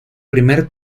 primer